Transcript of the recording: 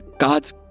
God's